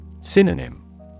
Synonym